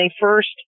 first